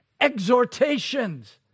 exhortations